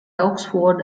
oxford